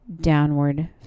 downward